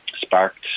sparked